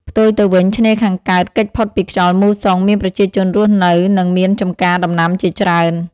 ផ្ទុយទៅវិញ ឆ្នេរខាងកើតគេចផុតពីខ្យល់មូសុង មានប្រជាជនរស់នៅ និង មានចំការដំណាំជាច្រើន ។